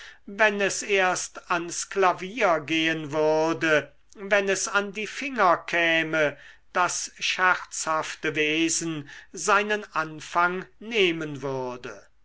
wenn es erst ans klavier gehen würde wenn es an die finger käme das scherzhafte wesen seinen anfang nehmen würde